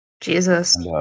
Jesus